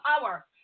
power